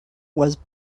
was